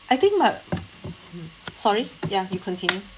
I think but sorry ya you continue